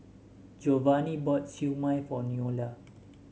Giovanny bought Siew Mai for Noelia